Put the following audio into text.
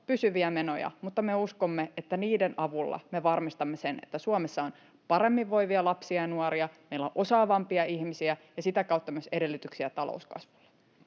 pysyviä menoja, mutta me uskomme, että niiden avulla me varmistamme sen, että Suomessa on paremmin voivia lapsia ja nuoria, meillä on osaavampia ihmisiä ja sitä kautta myös edellytyksiä talouskasvulle.